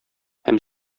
һәм